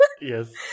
Yes